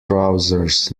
trousers